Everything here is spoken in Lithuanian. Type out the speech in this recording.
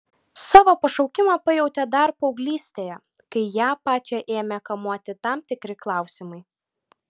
savo pašaukimą pajautė dar paauglystėje kai ją pačią ėmė kamuoti tam tikri klausimai